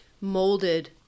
molded